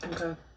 Okay